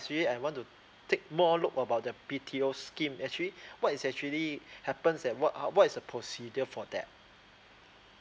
actually I want to take more look about the B_TO scheme actually what is actually happens and what are what is the procedure for that